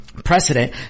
Precedent